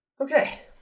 Okay